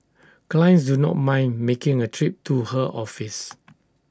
clients do not mind making A trip to her office